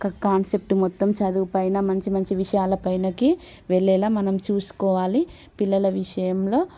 concept మొత్తం చదువు పైన మంచి మంచి విషయాల పైనకి వెళ్ళేలా మనం చూసుకోవాలి పిల్లల విషయంలో